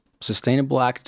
sustainable